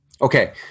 Okay